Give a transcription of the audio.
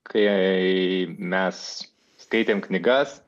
kai mes skaitėm knygas